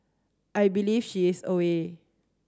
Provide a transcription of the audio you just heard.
I believe she is away